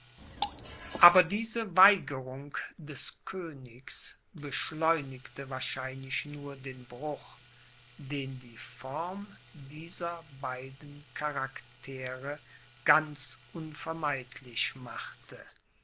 aber diese weigerung des königs beschleunigte wahrscheinlich nur den bruch den die form dieser beiden charaktere ganz unvermeidlich machte